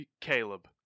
Caleb